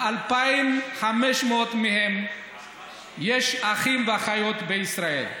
ל-2,500 מהם יש אחים ואחיות בישראל,